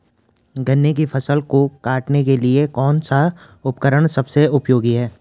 गन्ने की फसल को काटने के लिए कौन सा उपकरण सबसे उपयोगी है?